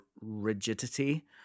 rigidity